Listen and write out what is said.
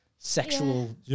Sexual